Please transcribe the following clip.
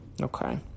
Okay